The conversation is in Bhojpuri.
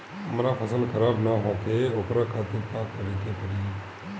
हमर फसल खराब न होखे ओकरा खातिर का करे के परी?